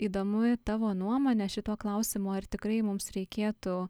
įdomu tavo nuomonė šituo klausimo ar tikrai mums reikėtų